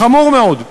חמור מאוד.